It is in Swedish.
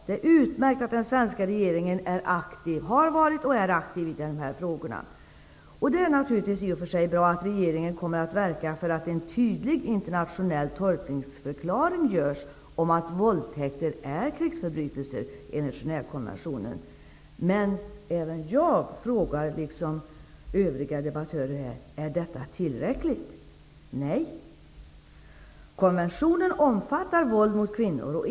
Det är utmärkt att den svenska regeringen har varit och är aktiv i dessa frågor. Det är givetvis bra att regeringen kommer att verka för att en tydlig internationell tolkningsförklaring görs om att våldtäkter är krigsförbrytelser enligt Genèvekonventionen. Men även jag, liksom övriga debattörer, frågar: Är detta tillräckligt? Nej! Konventionen omfattar våld mot kvinnor.